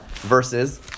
versus